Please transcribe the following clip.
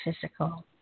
physical